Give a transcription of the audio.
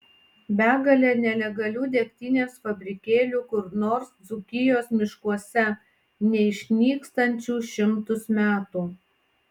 begalė nelegalių degtinės fabrikėlių kur nors dzūkijos miškuose neišnykstančių šimtus metų